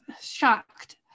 shocked